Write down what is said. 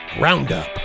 Roundup